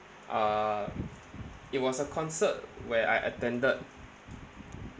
uh it was a concert where I attended